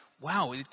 wow